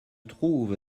trouve